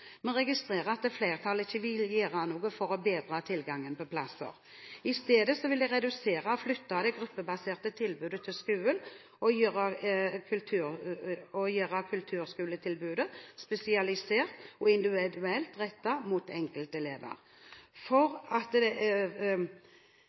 registrerer at flertallet ikke vil gjøre noe for å bedre tilgangen av plasser. I stedet vil de redusere og flytte det gruppebaserte tilbudet til skolen og gjøre kulturskoletilbudet spesialisert og individuelt rettet mot enkeltelever. For